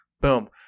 Boom